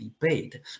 debate